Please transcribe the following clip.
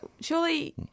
surely